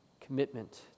commitment